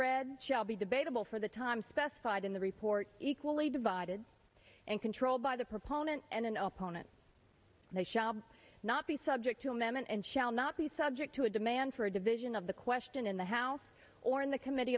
read shall be debatable for the time specified in the report equally divided and controlled by the proponent and an opponent and shaab not be subject to amendment and shall not be subject to a demand for a division of the question in the house or in the committee